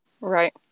Right